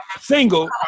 single